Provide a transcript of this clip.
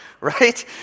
right